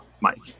Mike